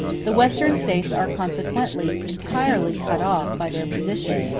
the western states are consequently entirely cut off, by their position,